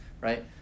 right